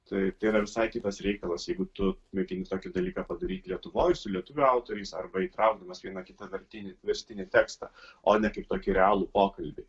tai tai yra visai kitas reikalas jeigu tu netingi tokį dalyką padaryti lietuvoj su lietuvių autoriais arba įtraukdamas vieną kitą vertinį verstinį tekstą o ne kaip tokį realų pokalbį